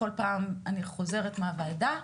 כל פעם אני חוזרת מהוועדה,